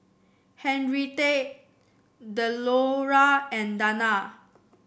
Henrietta Delora and Dana